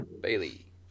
Bailey